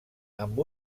amb